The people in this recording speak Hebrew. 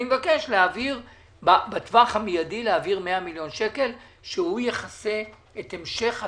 להעביר בטווח המידי 100 מיליון שקל שיכסו את המשך התקצוב.